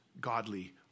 godly